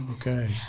Okay